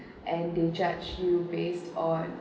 and they judge you based on